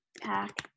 Pack